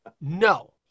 no